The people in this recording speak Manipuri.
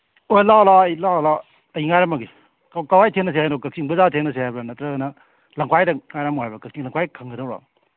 ꯑꯣ ꯂꯥꯛꯑꯣ ꯂꯥꯛꯑꯣ ꯑꯩ ꯂꯥꯛꯑꯣ ꯂꯥꯛꯑꯣ ꯑꯩ ꯉꯥꯏꯔꯝꯃꯒꯦ ꯀꯋꯥꯏ ꯊꯦꯡꯅꯁꯦ ꯍꯥꯏꯅꯣ ꯀꯛꯆꯤꯡ ꯕꯖꯥꯔꯗ ꯊꯦꯡꯅꯁꯤ ꯍꯥꯏꯕ꯭ꯔꯥ ꯅꯠꯇ꯭ꯔꯒꯅ ꯂꯝꯈꯥꯏꯗ ꯉꯥꯏꯔꯝꯃꯨ ꯍꯥꯏꯕ꯭ꯔꯥ ꯀꯛꯆꯤꯡ ꯂꯝꯈꯥꯏ ꯈꯪꯒꯗꯧꯔꯣ